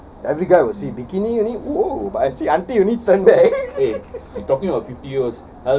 every guy will see bikini only !wow! but I see auntie only turn back